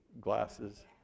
glasses